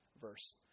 verse